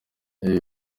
ibi